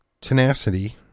tenacity